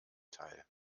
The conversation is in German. teil